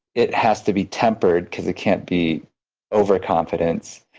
it has to be tempered because it can't be overconfidence.